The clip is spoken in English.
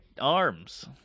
arms